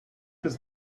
bis